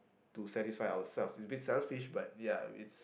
to satisfy ourselves it's a bit selfish but ya it's